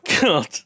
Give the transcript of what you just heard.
God